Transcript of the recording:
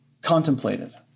contemplated